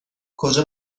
کجا